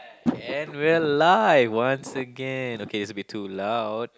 and we'll live once again okay it's a bit too loud